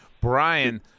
Brian